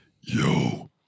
Yo